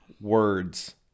words